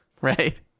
right